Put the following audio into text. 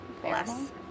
Less